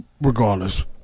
regardless